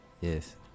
Yes